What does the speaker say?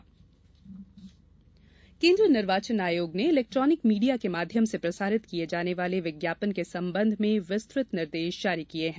निर्वाचन आयोग केन्द्रीय निर्वाचन आयोग ने इलेक्ट्रानिक मीडिया के माध्यम से प्रसारित किए जाने वाले विज्ञापन के संबंध में विस्तृत निर्देश जारी किए हैं